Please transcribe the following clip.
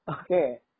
Okay